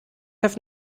have